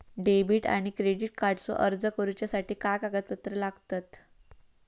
Debit आणि credit कार्डचो अर्ज करुच्यासाठी काय कागदपत्र लागतत?